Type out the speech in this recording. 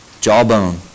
Jawbone